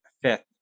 Fifth